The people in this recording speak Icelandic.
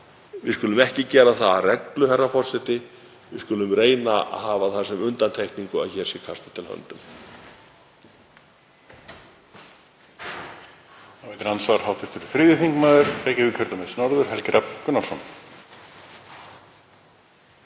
Við skulum við ekki gera það að reglu. Við skulum reyna að hafa það sem undantekningu að hér sé kastað til höndum.